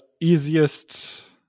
easiest